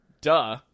duh